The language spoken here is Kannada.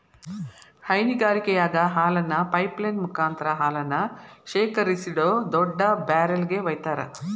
ಹೈನಗಾರಿಕೆಯಾಗ ಹಾಲನ್ನ ಪೈಪ್ ಲೈನ್ ಮುಕಾಂತ್ರ ಹಾಲನ್ನ ಶೇಖರಿಸಿಡೋ ದೊಡ್ಡ ಬ್ಯಾರೆಲ್ ಗೆ ವೈತಾರ